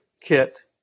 kit